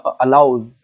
allows